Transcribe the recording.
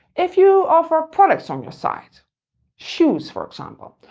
if you offer products on your site shoes, for example,